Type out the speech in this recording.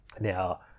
now